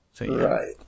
Right